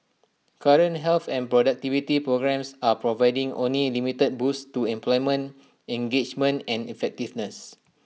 current health and productivity programmes are providing only limited boosts to employment engagement and effectiveness